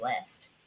list